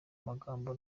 magambo